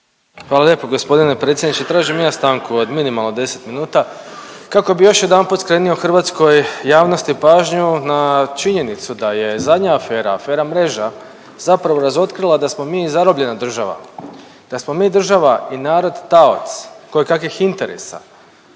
Hvala lijepo g. predsjedniče. Tražim i ja stanku od minimalno 10 minuta kako bi još jedanput skrenio hrvatskoj javnosti pažnju na činjenicu da je zadnja afera, afera Mreža zapravo razotkrila da smo mi zarobljena država, da smo mi država i narod taoc kojekakvih interesa,